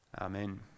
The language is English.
Amen